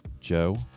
Joe